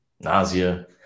nausea